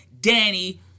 Danny